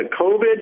covid